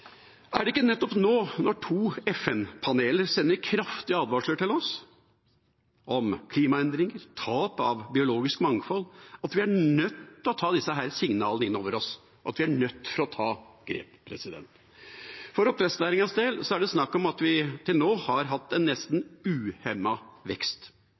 når to FN-paneler sender kraftige advarsler til oss om klimaendringer og tap av biologisk mangfold, at vi er nødt til å ta disse signalene inn over oss, at vi er nødt til å ta grep? For oppdrettsnæringens del er det snakk om at vi til nå har hatt en nesten uhemmet vekst.